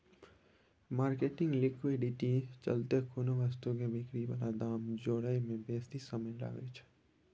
marketing liquidity चलते कोनो वस्तु के बिक्री बला दाम जोड़य में बेशी समय लागइ छइ